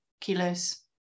kilos